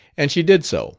and she did so